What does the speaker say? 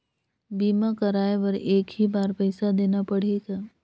बीमा कराय बर एक ही बार पईसा देना पड़ही का?